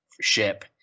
ship